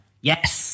Yes